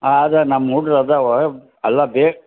ಹಾಂ ಅದು ನಮ್ಮ ಹುಡ್ಗ್ರ್ ಅದಾವ ಅಲ್ಲ ಬೇಗ